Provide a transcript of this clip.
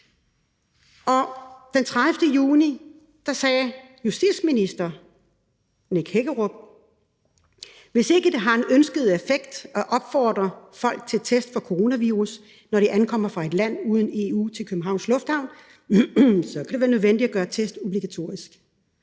Og den 30. juni sagde justitsministeren: »Hvis ikke det har den ønskede effekt at opfordre folk til test for coronavirus, når de ankommer fra et land uden for EU til Københavns Lufthavn, kan det blive nødvendigt at gøre test obligatorisk«.